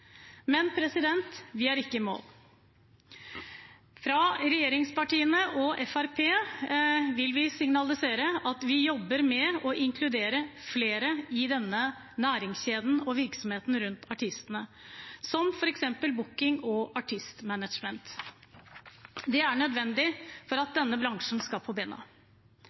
Men vi er ikke i mål. Vi fra regjeringspartiene og Fremskrittspartiet vil signalisere at vi jobber med å inkludere flere i næringskjeden og virksomheten rundt artistene, som f.eks. booking- og artist-management. Det er nødvendig for at denne bransjen skal komme på bena.